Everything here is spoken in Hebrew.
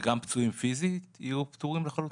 וגם פצועים פיזית יהיו פטורים לחלוטין?